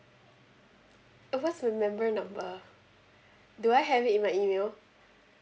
what's my member number do I have it in my email